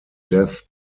death